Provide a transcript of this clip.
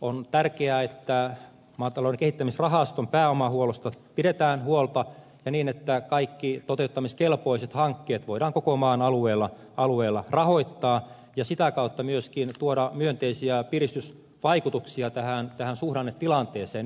on tärkeää että maatalouden kehittämisrahaston pääomahuollosta pidetään huolta niin että kaikki toteuttamiskelpoiset hankkeet voidaan koko maan alueella rahoittaa ja sitä kautta myöskin tuoda myönteisiä piristysvaikutuksia tähän suhdannetilanteeseen